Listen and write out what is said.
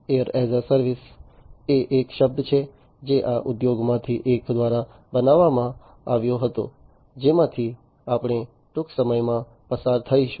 air as a service એ એક શબ્દ છે જે આ ઉદ્યોગોમાંથી એક દ્વારા બનાવવામાં આવ્યો હતો જેમાંથી આપણે ટૂંક સમયમાં પસાર થઈશું